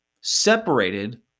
separated